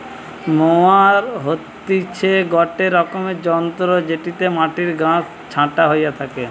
mower হতিছে গটে রকমের যন্ত্র জেটিতে মাটির ঘাস ছাটা হইয়া থাকে